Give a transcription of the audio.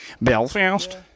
Belfast